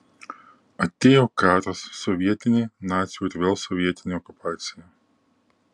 atėjo karas sovietinė nacių ir vėl sovietinė okupacija